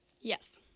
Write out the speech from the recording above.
Yes